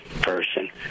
person